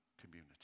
community